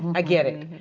i get it.